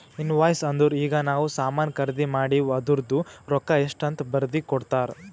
invoice ಅಂದುರ್ ಈಗ ನಾವ್ ಸಾಮಾನ್ ಖರ್ದಿ ಮಾಡಿವ್ ಅದೂರ್ದು ರೊಕ್ಕಾ ಎಷ್ಟ ಅಂತ್ ಬರ್ದಿ ಕೊಡ್ತಾರ್